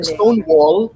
Stonewall